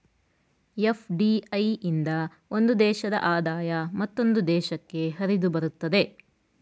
FDI ಇಂದ ಒಂದು ದೇಶದ ಆದಾಯ ಮತ್ತೊಂದು ದೇಶಕ್ಕೆ ಹರಿದುಬರುತ್ತದೆ